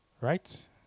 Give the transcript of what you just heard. Right